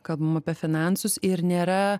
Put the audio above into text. kalbam apie finansus ir nėra